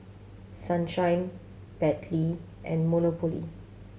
Sunshine Bentley and Monopoly